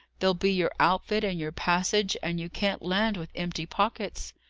there'll be your outfit and your passage and you can't land with empty pockets.